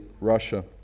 Russia